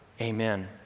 Amen